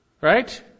right